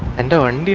and and the